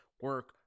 Work